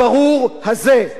חוק של שורה אחת.